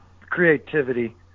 creativity